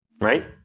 right